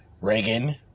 Reagan